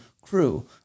crew